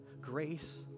Grace